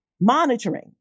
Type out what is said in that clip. monitoring